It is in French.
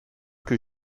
que